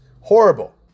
Horrible